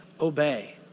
obey